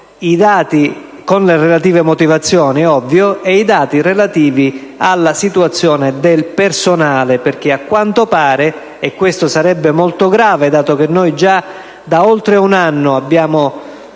con le relative motivazioni, è ovvio, e i dati relativi alla situazione del personale. A quanto pare, infatti, e questo sarebbe molto grave, dato che noi già da più di un anno abbiamo